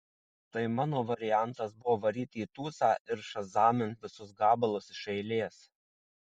tai mano variantas buvo varyt į tūsą ir šazamint visus gabalus iš eilės